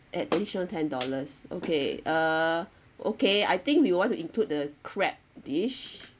additional ten dollars okay uh okay I think we want to include the crab dish